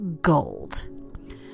gold